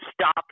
stop